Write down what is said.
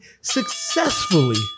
successfully